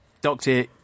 doctor